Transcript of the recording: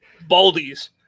Baldies